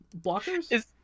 blockers